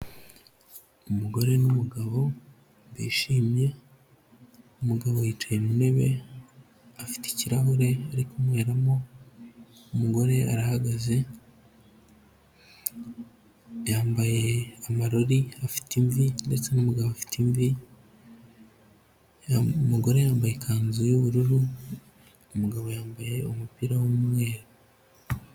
Umugore nu mugabo bishimye umugabo yicaye mu ntebe afite ikirahure ari kunkweramo umugore arahagaze yambaye amarori afite imvi ndetse n'umugabo afite imvi umugore yambaye ikanzu yubururu umugabo yambaye umupira w'umweru.